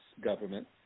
government